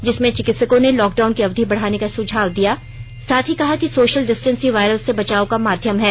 जिसमें चिकित्सकों ने लॉकडाउन की अवधि बढ़ाने का सुझाव दिया साथ ही कहा कि सोशल डिस्टेन्स ही वायरस से बचाव का माध्यम है